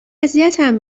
اذیتم